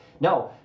No